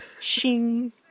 shing